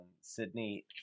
Sydney